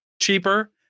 cheaper